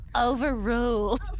Overruled